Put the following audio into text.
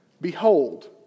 behold